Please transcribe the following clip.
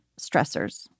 stressors